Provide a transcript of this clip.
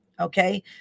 okay